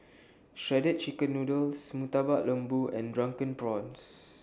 Shredded Chicken Noodles Murtabak Lembu and Drunken Prawns